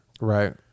right